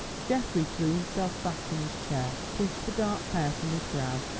geoffrey threw himself back in his chair, pushed the dark hair from his brow,